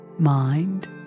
Mind